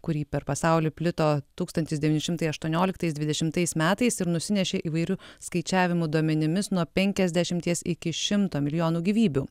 kurį per pasaulį plito tūkstantis devyni šimtai aštuonioliktais dvidešimtais metais ir nusinešė įvairių skaičiavimų duomenimis nuo penkiasdešimties iki šimto milijonų gyvybių